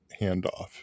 handoff